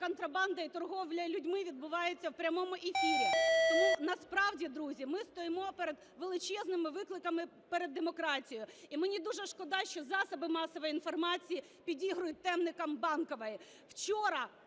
контрабанда і торгівля людьми відбувається в прямому ефірі. Тому насправді, друзі, ми стоїмо перед величезними викликами перед демократією, і мені дуже шкода, що засоби масової інформації підігрують темникам Банкової.